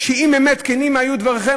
ואם באמת כנים היו דבריכם,